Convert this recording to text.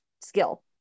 skill